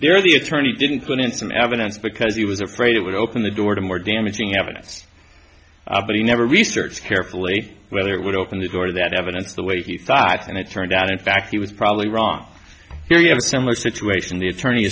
there the attorney didn't put in some evidence because he was afraid it would open the door to more damaging evidence but he never researched carefully whether it would open the door to that evidence the way he thought and it turned out in fact he was probably wrong here you have a similar situation the attorney